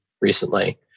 recently